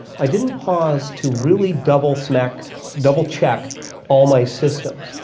i didn't pause to really double so check double check all my systems.